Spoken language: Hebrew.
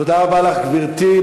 תודה רבה לך, גברתי.